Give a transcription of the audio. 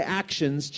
actions